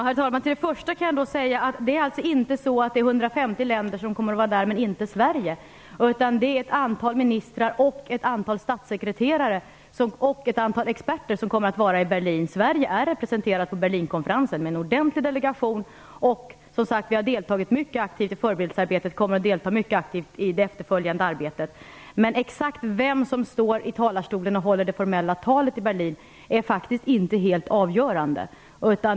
Herr talman! I det första avseendet kan jag säga att det inte är så att 150 länder kommer att vara representerade i Berlin - men inte Sverige. Ett antal ministrar, statssekreterare och experter kommer att vara i Berlin, så Sverige är representerat på Berlinkonferensen av en ordentlig delegation. Dessutom har vi, som sagt, mycket aktivt deltagit i förberedelsearbetet och kommer att mycket aktivt delta i det efterföljande arbetet. Exakt vem som står i talarstolen och håller det formella talet i Berlin är faktiskt inte helt avgörande.